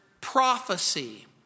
prophecy